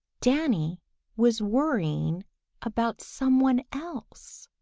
danny was worrying about someone else.